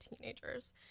teenagers